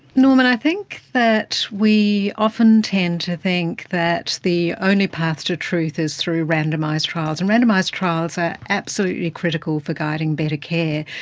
norman, i think that we often tend to think that the only path to truth is through randomised trials, and randomised trials are absolutely critical for guiding better care.